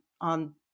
on